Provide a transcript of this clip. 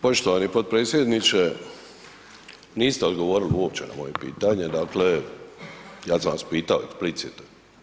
Poštovani potpredsjedniče, niste odgovori uopće na moje pitanje, dakle ja sam vas pitao explicito.